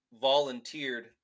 volunteered